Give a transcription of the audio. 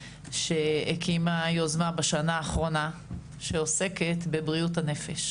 שהקימה יוזמה בשנה האחרונה שעוסקת בבריאות הנפש.